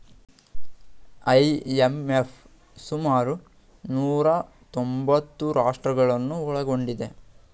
IMF ಸುಮಾರು ನೂರಾ ತೊಂಬತ್ತು ರಾಷ್ಟ್ರಗಳನ್ನು ಒಳಗೊಂಡಿದೆ